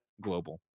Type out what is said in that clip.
global